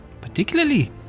particularly